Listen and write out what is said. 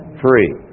free